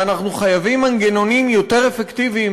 ואנחנו חייבים מנגנונים יותר אפקטיביים